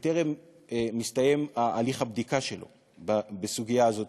בטרם מסתיים הליך הבדיקה שלו בסוגיה הזאת,